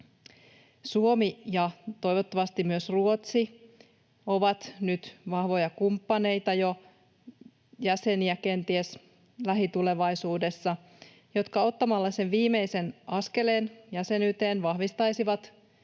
Suomi ja toivottavasti myös Ruotsi ovat jo nyt vahvoja kumppaneita, ja jäseniä kenties lähitulevaisuudessa, jotka ottamalla sen viimeisen askeleen jäsenyyteen vahvistaisivat myös